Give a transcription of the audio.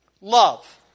love